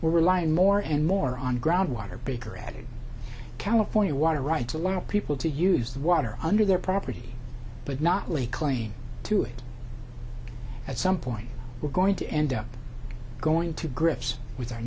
we're relying more and more on ground water baker added california water rights allow people to use the water under their property but not lee claim to it at some point we're going to end up going to grips with our